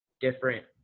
different